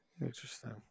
Interesting